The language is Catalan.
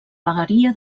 vegueria